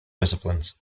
disciplines